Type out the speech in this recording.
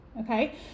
Okay